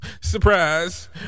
Surprise